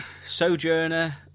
Sojourner